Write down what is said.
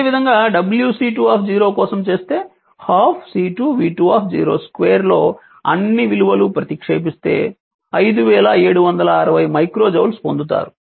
అదేవిధంగా wC2 కోసం చేస్తే 12 C2 v2 2 లో అన్ని విలువలు ప్రతిక్షేపిస్తే 5760 మైక్రో జౌల్స్ పొందుతారు